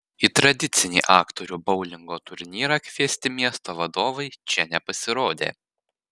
į tradicinį aktorių boulingo turnyrą kviesti miesto vadovai čia nepasirodė